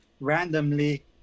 randomly